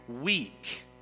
weak